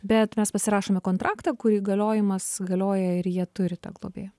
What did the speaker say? bet mes pasirašome kontraktą kur įgaliojimas galioja ir jie turi tą globėją